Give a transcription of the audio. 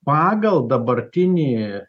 pagal dabartinį